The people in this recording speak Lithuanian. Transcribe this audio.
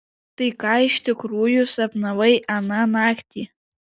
tai ką iš tikrųjų sapnavai aną naktį